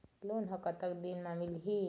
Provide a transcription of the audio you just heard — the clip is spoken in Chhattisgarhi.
लोन ह कतक दिन मा मिलही?